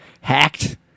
hacked